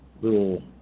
little